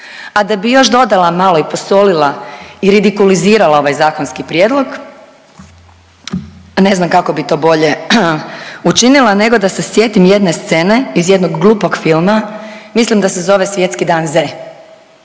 A da bi još dodala malo i posolila i redikulizirala ovaj zakonski prijedlog ne znam kako bih to bolje učinila nego da se sjetim jedne scene iz jednog glupog filma. Mislim da se zove Svjetski dan Z